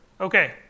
Okay